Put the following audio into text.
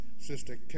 Sister